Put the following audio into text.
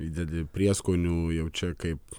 įdedi prieskonių jau čia kaip